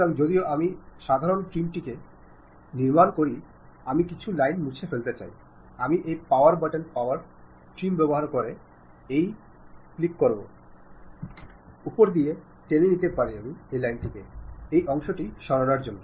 সুতরাং যদিও আমি সাধারণ জিওমেট্রিক জিনিস নির্মাণ করছি আমি কিছু লাইন মুছে ফেলতে চাই আমি এই পাওয়ার বাটন পাওয়ার ট্রিম ব্যবহার করতে পারি ক্লিক করার জন্যওপর দিয়ে টেনে নিতে পারি এই অংশটি সরাবার জন্য